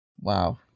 Wow